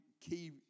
key